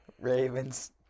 Ravens